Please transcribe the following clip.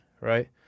right